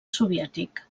soviètic